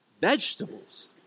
Vegetables